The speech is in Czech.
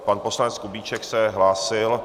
Pan poslanec Kubíček se hlásil...